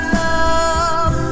love